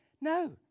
No